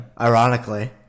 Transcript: Ironically